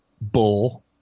bull